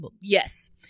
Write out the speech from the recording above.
Yes